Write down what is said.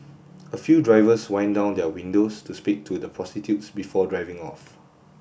a few drivers wind down their windows to speak to the prostitutes before driving off